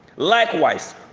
Likewise